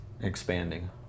expanding